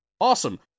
awesome